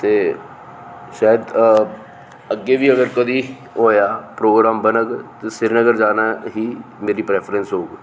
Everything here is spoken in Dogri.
ते शायद अग्गें बी कदें प्रोग्राम होएया प्रोग्राम बनग ते श्रीनगर जाना ही मेरी परेफरेंस होग